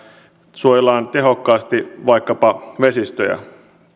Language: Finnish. suojellaan tehokkaasti vaikkapa vesistöjä